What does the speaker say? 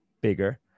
bigger